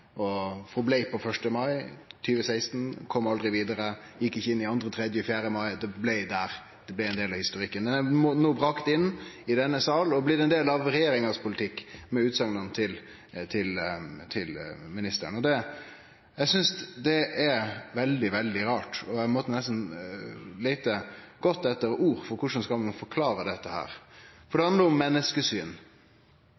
blei verande på 1. mai 2016, som aldri kom vidare og gjekk inn i 2., 3., 4., mai, men blei der og blei ein del av historikken, er no bringa inn i denne salen og blitt ein del av regjeringas politikk med utsegnene til ministeren. Det synest eg er veldig, veldig rart. Eg måtte nesten leite godt etter ord for korleis ein skal forklare dette her. For